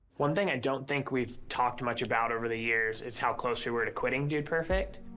one thing i don't think we've talked much about over the years is how close we were to quitting dude perfect.